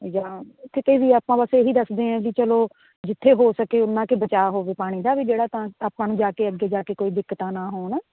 ਜਾਂ ਕਿਤੇ ਵੀ ਆਪਾਂ ਬਸ ਇਹੀ ਦੱਸਦੇ ਹਾਂ ਵੀ ਚਲੋ ਜਿੱਥੇ ਹੋ ਸਕੇ ਉਨਾ ਕੁ ਬਚਾਅ ਹੋਵੇ ਪਾਣੀ ਦਾ ਵੀ ਜਿਹੜਾ ਤਾਂ ਆਪਾਂ ਨੂੰ ਜਾ ਕੇ ਅੱਗੇ ਜਾ ਕੇ ਕੋਈ ਦਿੱਕਤਾਂ ਨਾ ਹੋਣ